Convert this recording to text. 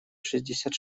шестьдесят